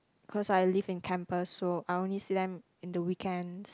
cause I live in campus so I only see them in the weekend